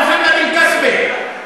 מוחמד אלכסבה,